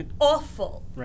awful